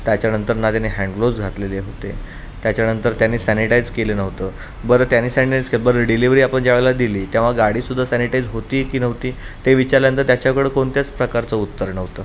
त्याच्यानंतर ना त्याने हँडग्लोव्ज घातलेले होते त्याच्यानंतर त्याने सॅनिटाईज केलं नव्हतं बरं त्याने सॅनिईज केलं बरं डिलेवरी आपण ज्यावेळेला दिली तेव्हा गाडी सुद्धा सॅनिटाईज होती की नव्हती ते विचारल्यानंतर त्याच्याकडं कोणत्याच प्रकारचं उत्तर नव्हतं